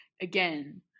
again